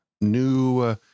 new